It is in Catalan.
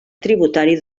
tributari